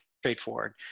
straightforward